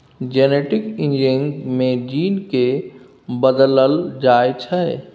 genetic engineering मे gene केँ बदलल जाइ छै